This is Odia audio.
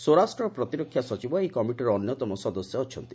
ସ୍ୱରାଷ୍ଟ୍ର ଓ ପ୍ରତିରକ୍ଷା ସଚିବ ଏହି କମିଟିର ଅନ୍ୟତମ ସଦସ୍ୟ ଅଛନ୍ତି